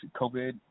COVID